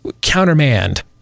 countermand